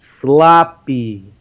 sloppy